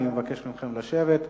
אני מבקש מכם לשבת.